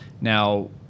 Now